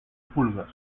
pulgas